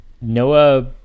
Noah